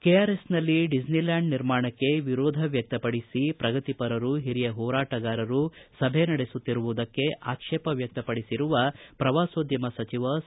ಕೆಆರ್ಎಸ್ನಲ್ಲಿ Disneyland ನಿರ್ಮಾಣಕ್ಕೆ ವಿರೋಧ ವ್ಯಕ್ತಪಡಿಸಿ ಪ್ರಗತಿಪರರು ಹಿರಿಯ ಹೋರಾಟಗಾರರು ಸಭೆ ನಡೆಸುತ್ತಿರುವುದಕ್ಕೆ ಆಕ್ಷೇಪ ವ್ವಕ್ತಪಡಿಸಿರುವ ಪ್ರವಾಸೋದ್ಯಮ ಸಚಿವ ಸಾ